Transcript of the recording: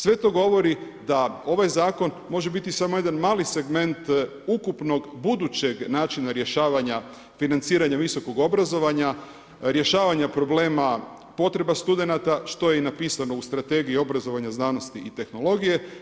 Sve to govori da ovaj zakon može biti samo jedan mali segment ukupnog budućeg načina rješavanja financiranja visokog obrazovanja, rješavanja problema potreba studenata, što je napisano u strategiji, obrazovanja, znanosti i tehnologije.